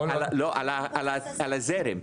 לא, על הזרם.